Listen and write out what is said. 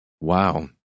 Wow